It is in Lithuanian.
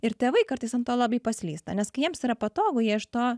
ir tėvai kartais ant to labai paslysta nes kai jiems yra patogu jie iš to